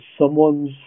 someone's